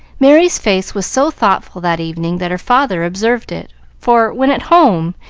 merry's face was so thoughtful that evening that her father observed it, for, when at home,